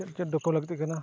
ᱪᱮᱫ ᱪᱮᱫ ᱫᱚᱠᱚ ᱞᱟᱹᱠᱛᱤᱜ ᱠᱟᱱᱟ